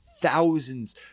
Thousands